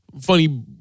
Funny